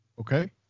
Okay